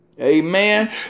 Amen